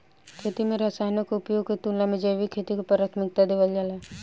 खेती में रसायनों के उपयोग के तुलना में जैविक खेती के प्राथमिकता देवल जाला